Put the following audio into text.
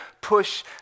push